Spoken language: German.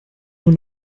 nun